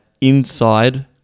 inside